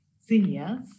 seniors